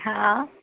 હા